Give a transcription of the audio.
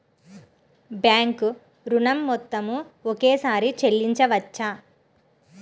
Bank ఋణం మొత్తము ఒకేసారి చెల్లించవచ్చా?